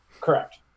Correct